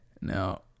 Now